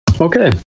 Okay